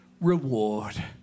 reward